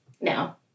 now